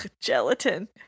gelatin